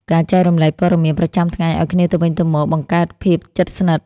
ការចែករំលែកព័ត៌មានប្រចាំថ្ងៃឲ្យគ្នាទៅវិញទៅមកបង្កើតភាពជិតស្និទ្ធ។